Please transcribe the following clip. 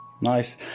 Nice